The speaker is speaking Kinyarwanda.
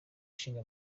ishinga